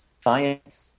science